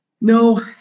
No